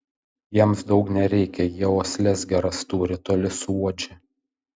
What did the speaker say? jiems daug nereikia jie uosles geras turi toli suuodžia